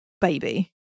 baby